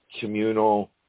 communal